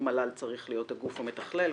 שהמל"ל צריך להיות הגוף המתכלל.